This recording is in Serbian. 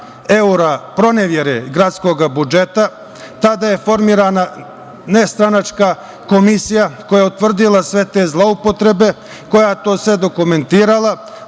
evra pronevere gradskog budžeta. Tada je formirana nestranačka komisija koja je utvrdila sve te zloupotrebe, koja je sve to dokumentovala,